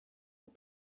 ont